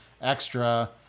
extra